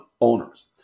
owners